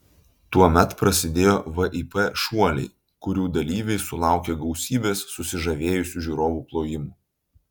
tuomet prasidėjo vip šuoliai kurių dalyviai sulaukė gausybės susižavėjusių žiūrovų plojimų